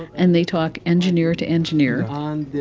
and they talk, engineer to engineer. um